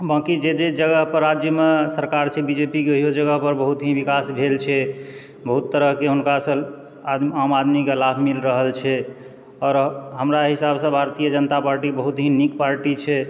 बाँकी जे जहि जगह पर राज्यमे सरकार छै बीजेपीके ओहियो जगह पर बहुत ही विकास भेल छै बहुत तरहकेँ हुनकासँ आम आदमीकेँ लाभ मिल रहल छै आओर हमरा हिसाबसँ भारतीय जनता पार्टी बहुत ही नीक पार्टी छै